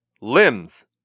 Limbs